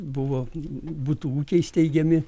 buvo butų ūkiai steigiami